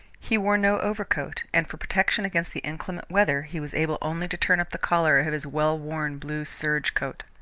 he wore no overcoat, and for protection against the inclement weather he was able only to turn up the collar of his well-worn blue serge coat.